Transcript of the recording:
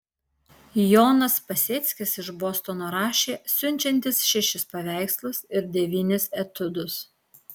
jonas piaseckis iš bostono rašė siunčiantis šešis paveikslus ir devynis etiudus